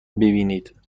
ببینید